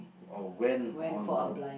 oh went on the